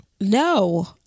No